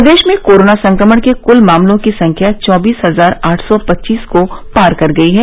प्रदेश में कोरोना संक्रमण के कुल मामलों की संख्या चौबीस हजार आठ सौ पच्चीस को पार कर गई है